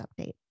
update